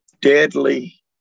deadly